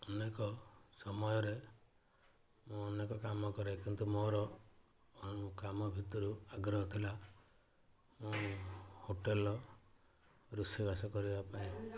ଅନେକ ସମୟରେ ମୁଁ ଅନେକ କାମ କରେ କିନ୍ତୁ ମୋର କାମ ଭିତରୁ ଆଗ୍ରହ ଥିଲା ହୋଟେଲ ରୋଷେଇ ବାସ କରିବା ପାଇଁ